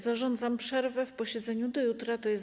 Zarządzam przerwę w posiedzeniu do jutra, tj.